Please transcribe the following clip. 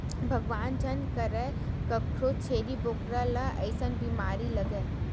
भगवान झन करय कखरो छेरी बोकरा ल अइसन बेमारी लगय